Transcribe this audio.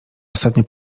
ostatnio